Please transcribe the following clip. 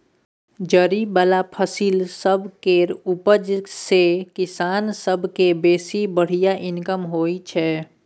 जरि बला फसिल सब केर उपज सँ किसान सब केँ बेसी बढ़िया इनकम होइ छै